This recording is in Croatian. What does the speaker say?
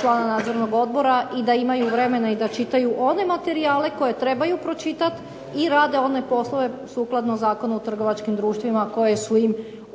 člana nadzornog odbora i da imaju vremena i da čitaju one materijale koje trebaju čitati i rade one poslove sukladno Zakonu o trgovačkim društvima koje su im